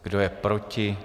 Kdo je proti?